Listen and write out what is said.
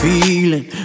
Feeling